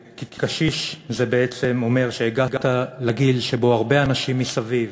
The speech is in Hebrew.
כי קשיש זה בעצם אומר שהגעת לגיל שבו הרבה אנשים מסביב,